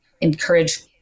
encourage